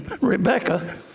Rebecca